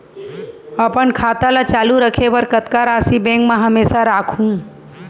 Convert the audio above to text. अपन खाता ल चालू रखे बर कतका राशि बैंक म हमेशा राखहूँ?